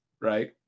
right